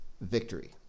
victory